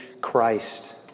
Christ